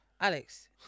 Alex